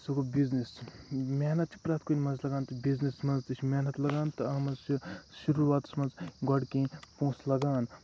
سُہ گوٚو بِزِنٮ۪س محنت چھِ پرٮ۪تھ کُنہِ منٛز لَگان تہٕ بِزنٮ۪سس منٛز تہِ چھِ محنت لَگان تہٕ اَتھ منٛز چھِ شُروٗواتَس منٛز گۄڈٕ کیٚنہہ پونٛسہٕ لَگان